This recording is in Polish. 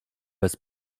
bez